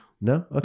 No